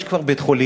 יש כבר בית-חולים,